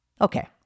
Okay